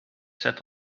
set